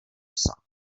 psa